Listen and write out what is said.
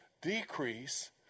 decrease